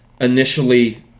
initially